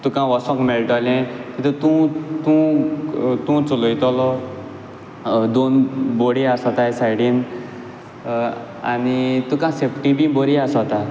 तुका वोसोंक मेळटोलें तितूं तूं तूं तूं चोलोयतोलो दोन बोडी आसोताय सायडीन आनी तुका सेफ्टी बी बरी आसोता